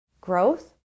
growth